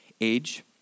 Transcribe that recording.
age